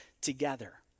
together